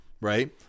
Right